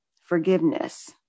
forgiveness